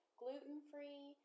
gluten-free